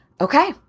Okay